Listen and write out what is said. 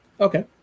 Okay